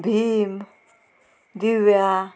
Bhim Divya